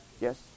Yes